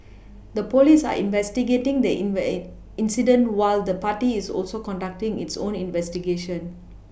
the police are investigating the incident while the party is also conducting its own investigations